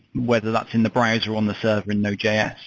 whether that's in the browser on the server in node js.